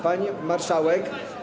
Pani Marszałek!